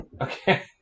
Okay